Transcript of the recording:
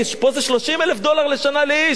פה זה 30,000 דולר לשנה לאיש,